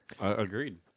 Agreed